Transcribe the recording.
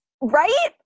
Right